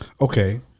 Okay